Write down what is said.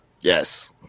yes